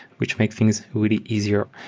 which makes things really easier.